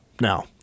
Now